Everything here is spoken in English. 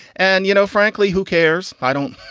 and, you know, frankly, who cares? i don't